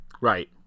Right